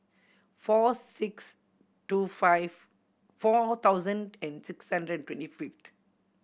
four six two five four thousand and six hundred twenty fifth